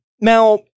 Now